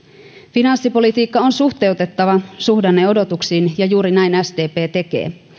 finanssipolitiikka on suhteutettava suhdanneodotuksiin ja juuri näin sdp tekee